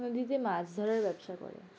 নদীতে মাছ ধরার ব্যবসা করে